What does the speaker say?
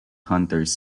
hunters